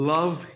Love